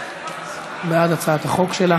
זאת בעד הצעת החוק שלה